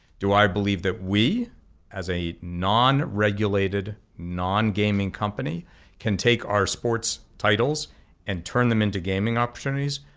do i believe that we as a non-regulated, non-gaming company can take our sports titles and turn them into gaming opportunities?